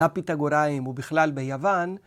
הפיתגוראים ובכלל ביוון.